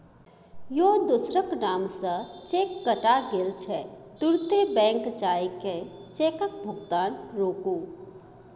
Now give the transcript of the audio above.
यौ दोसरक नाम सँ चेक कटा गेल छै तुरते बैंक जाए कय चेकक भोगतान रोकु